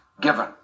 given